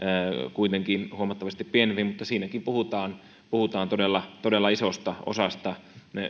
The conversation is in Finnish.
kuitenkin huomattavasti pienempi mutta siinäkin puhutaan puhutaan todella todella isosta osasta